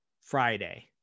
friday